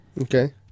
Okay